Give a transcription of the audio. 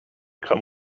come